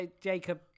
Jacob